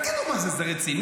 תגידו, מה זה, זה רציני?